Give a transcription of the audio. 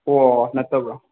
ꯑꯣ ꯅꯠꯇꯕ꯭ꯔꯥ